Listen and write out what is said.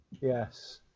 Yes